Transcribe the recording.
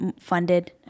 funded